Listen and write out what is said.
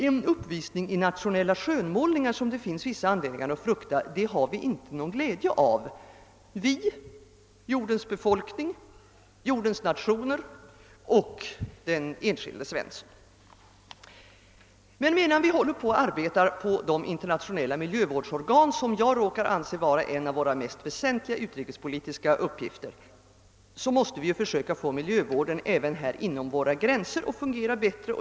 En uppvisning i nationella skönmålningar, som det finns vissa anledningar att frukta, har vi inte någon glädje av — vi, jordens befolkning, jordens nationer och den enskilde Svensson. Men medan vi håller på att arbeta på de internationella miljövårdsorgan, som jag anser vara en av våra mest väsentliga utrikespolitiska uppgifter, måste vi även försöka få miljövården inom våra egna gränser att fungera bättre.